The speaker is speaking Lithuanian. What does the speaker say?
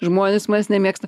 žmonės manęs nemėgsta